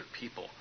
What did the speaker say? people